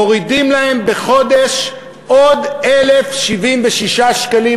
מורידים להם בחודש עוד 1,076 שקלים,